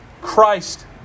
Christ